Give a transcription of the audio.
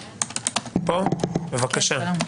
בבקשה.